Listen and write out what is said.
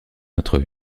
notre